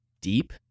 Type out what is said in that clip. deep